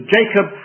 Jacob